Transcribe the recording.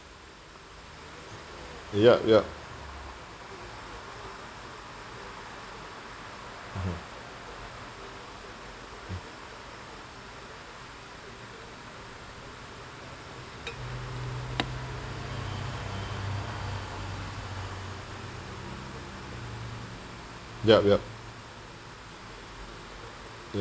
yup yup mmhmm yup yup